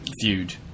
feud